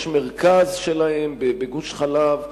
יש מרכז שלהם בגוש-חלב,